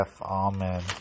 Amen